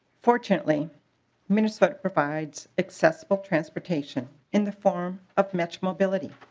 fortunately minnesota provides accessible transportation in the form of metro mobility.